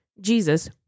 Jesus